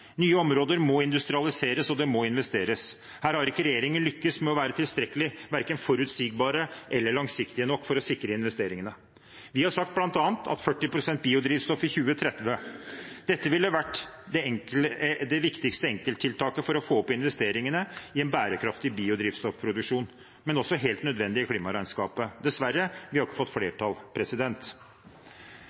Nye områder må industrialiseres, og det må investeres. Her har ikke regjeringen lyktes med å være verken forutsigbar eller langsiktig nok for å sikre investeringene. Vi har bl.a. sagt at 40 pst. biodrivstoff i 2030 ville vært det viktigste enkelttiltaket for å få opp investeringene i en bærekraftig biodrivstoffproduksjon, men også helt nødvendig i klimaregnskapet. Dessverre har vi ikke fått flertall.